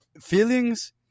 Feelings